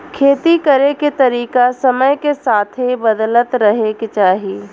खेती करे के तरीका समय के साथे बदलत रहे के चाही